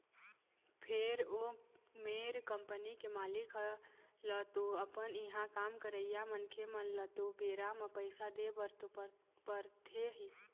फेर ओ मेर कंपनी के मालिक ल तो अपन इहाँ काम करइया मनखे मन ल तो बेरा म पइसा देय बर तो पड़थे ही